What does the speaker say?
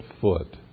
foot